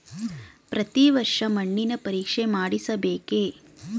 ಪ್ರತಿ ವರ್ಷ ಮಣ್ಣಿನ ಪರೀಕ್ಷೆ ಮಾಡಿಸಬೇಕೇ?